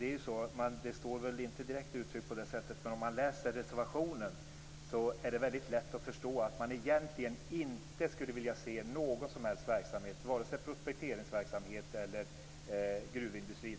Fru talman! Det står väl inte direkt uttryckt på det sättet. Men om man läser reservationen är det väldigt lätt att förstå att man egentligen inte skulle vilja se någon som helst verksamhet, vare sig prospekteringsverksamhet eller gruvindustri.